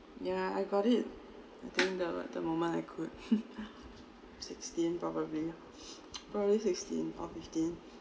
yeah I got it in the the moment I could sixteen probably probably sixteen or fifteen